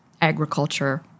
agriculture